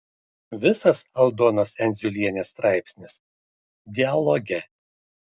visas aldonos endziulienės straipsnis dialoge